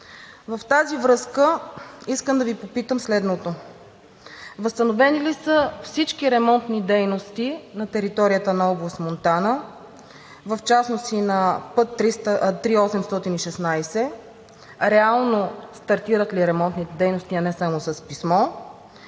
В тази връзка искам да Ви попитам следното: възстановени ли са всички ремонтни дейности на територията на област Монтана, в частност и на път III-816 – реално стартират ли ремонтните дейности, а не само с писмо?